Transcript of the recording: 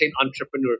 entrepreneur